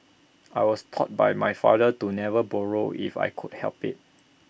I was taught by my father to never borrow if I could help IT